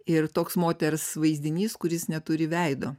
ir toks moters vaizdinys kuris neturi veido